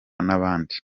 n’abandi